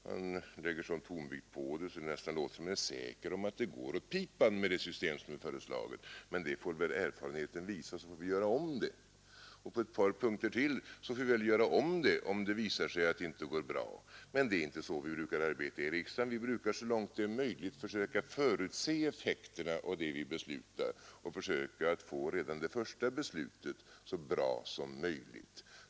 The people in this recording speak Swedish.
Han lägger sådan tonvikt på det att det nästan låter som om han är säker på att det går åt pipan med det system som är föreslaget. Men det får väl erfarenheten visa, då får vi göra om det, säger han, och på ett par punkter till får vi göra om systemet om det visar sig att det inte är bra. Det är inte så vi brukar arbeta i riksdagen. Vi brukar så långt det är möjligt försöka förutse effekterna av det vi beslutar och försöka få redan det första beslutet så bra som möjligt.